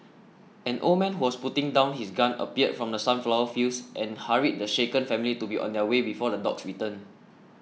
an old man who was putting down his gun appeared from the sunflower fields and hurried the shaken family to be on their way before the dogs return